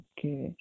Okay